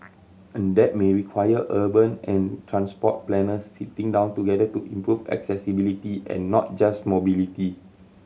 and that may require urban and transport planners sitting down together to improve accessibility and not just mobility